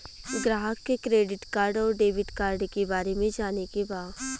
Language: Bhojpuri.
ग्राहक के क्रेडिट कार्ड और डेविड कार्ड के बारे में जाने के बा?